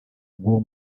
k’uwo